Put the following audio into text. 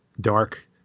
dark